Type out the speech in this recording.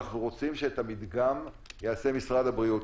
אנחנו רוצים שאת המדגם יעשה משרד הבריאות.